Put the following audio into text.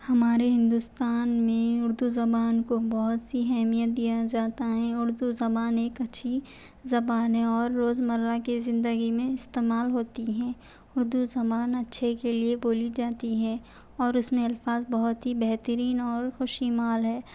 ہمارے ہندوستان میں اردو زبان کو بہت سی اہمیت دیا جاتا ہیں اردو زبان ایک اچھی زبان ہے اور روز مرہ کی زندگی میں استعمال ہوتی ہیں اردو زبان اچھے کے لئے بولی جاتی ہے اور اس میں الفاظ بہت ہی بہترین اور خوشی مال ہے